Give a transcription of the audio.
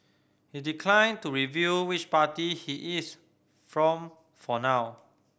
he declined to reveal which party he is from for now